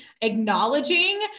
acknowledging